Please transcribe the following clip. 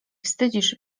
wstydzisz